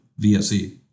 VSE